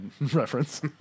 reference